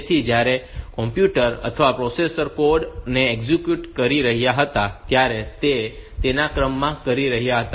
તેથી જ્યારે કોમ્પ્યુટર અથવા પ્રોસેસર કોડ ને એક્ઝિક્યુટ કરી રહ્યા હતા ત્યારે તે તેને ક્રમમાં કરી રહ્યા હતા